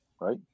right